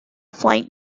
flanked